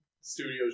studios